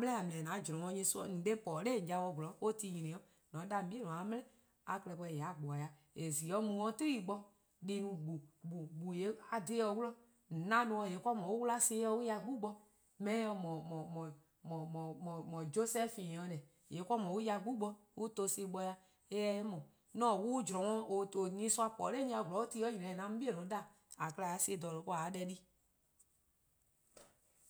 :mor a dele: :deleee: zorn :we-eh: nyorsoa no-a :on 'de po-a dha yao 'zorn :mor en 'nyni 'o :yye' :on 'da :on 'bei' :a 'ye dele:, :mor a dele: :yee' a klehkpeh a :gba ya :eh :zio' mu 'de 'kpa ken deh+ no :gbnu: :gbu: :yee' a :dhe-dih 'de mor, :on 'na nomor :yee' :mor :dhe-dih on 'wla son+-dih a ya 'gbu bo. Mor eh se :mor josephine 'o :deh, :yee' :mor an ya 'gbu bo an tba son+ gbor-dih, :yee' eh :se-eh :mor. :an-a' 'wluh :we-eh :or nyorsoa po-dih: 'on dha yao 'zorn :mor or ti nyne 'o :yee' 'an mu 'on 'bei' 'da-' :a klehkpeh :a son+ :dha :due' po :a 'ye deh di.